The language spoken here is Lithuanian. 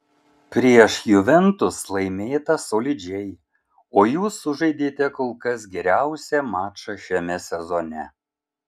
prieš juventus laimėta solidžiai o jūs sužaidėte kol kas geriausią mačą šiame sezone